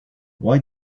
why